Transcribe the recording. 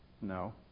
No